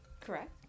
Correct